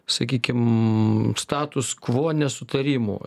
sakykim status kvo nesutarimų